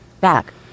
back